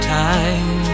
time